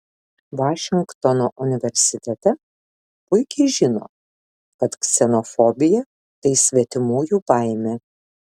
vašingtono universitete puikiai žino kad ksenofobija tai svetimųjų baimė